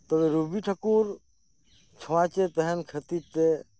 ᱛᱚᱵᱮ ᱨᱚᱵᱤ ᱴᱷᱟᱠᱩᱨ ᱪᱷᱳᱸᱣᱟᱪᱮ ᱛᱟᱦᱮᱱ ᱠᱷᱟᱛᱤᱨ ᱛᱮ